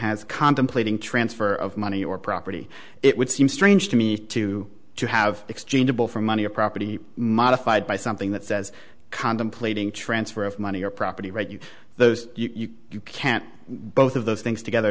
has contemplating transfer of money or property it would seem strange to me to to have exchangeable for money or property modified by something that says contemplating transfer of money or property right you those you can't both of those things together